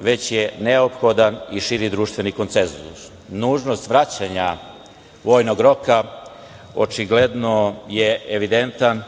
već je neophodan i širi društveni konsenzus? Nužnost vraćanja vojnog roka očigledno je evidentan